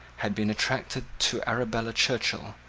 had been attracted to arabella churchill,